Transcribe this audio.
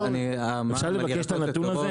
אפשר לבקש את הנתון הזה,